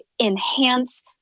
enhance